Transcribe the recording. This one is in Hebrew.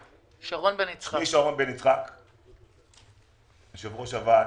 שמי שרון בן יצחק, ואני יושב-ראש הוועד.